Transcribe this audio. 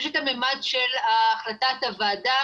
יש את הממד של החלטת הוועדה,